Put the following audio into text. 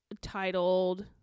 titled